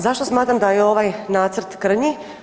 Zašto smatram da je ovaj nacrt krnji?